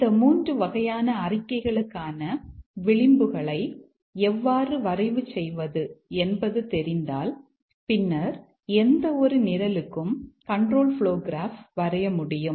இந்த மூன்று வகையான அறிக்கைகளுக்கான விளிம்புகளை எவ்வாறு வரைவு செய்வது என்பது தெரிந்தால் பின்னர் எந்தவொரு நிரலுக்கும் கண்ட்ரோல் ப்ளோ கிராப் வரைய முடியும்